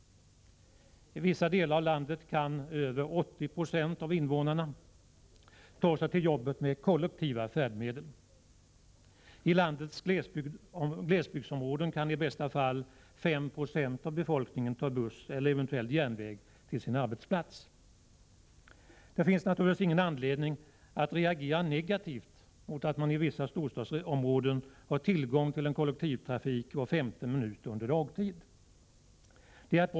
I vissa delar av landet kan över 80 96 av invånarna ta sig till jobbet med kollektiva färdmedel. I landets glesbygdsområden kan 5 96 av befolkningen ta buss eller järnväg till sin arbetsplats. Det finns naturligtvis ingen anledning att reagera negativt mot att man i vissa storstadsområden har tillgång till en kollektivtrafik var femte minut under dagtid.